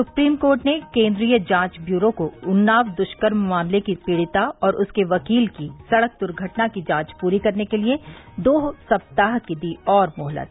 supreme court ने केन्द्रीय जांच ब्यूरो को उन्नाव दुष्कर्म मामले की पीड़िता और उसके वकील की सड़क दुर्घटना की जांच पूरी करने के लिये दो सप्ताह की दी और मोहलत